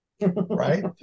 Right